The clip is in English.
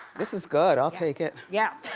this is good, i'll take it. yeah.